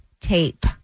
tape